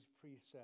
precepts